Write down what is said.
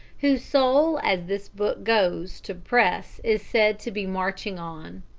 whose soul as this book goes to press is said to be marching on.